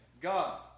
God